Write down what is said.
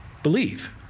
believe